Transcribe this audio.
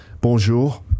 Bonjour